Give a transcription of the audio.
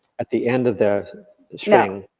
at the end of the shang?